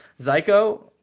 Zyko